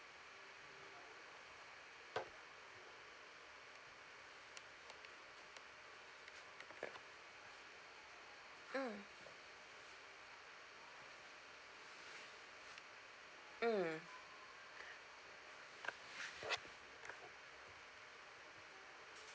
mm mm